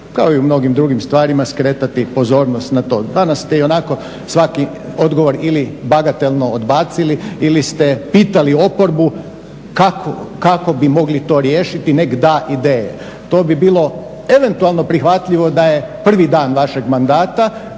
kao i u mnogim drugim stvarima skretati pozornost na to. Danas ste ionako svaki odgovor ili bagatelno odbacili ili ste pitali oporbu kako bi mogli to riješiti, nek da ideje. To bi bilo eventualno prihvatljivo da je prvi dan vašeg mandata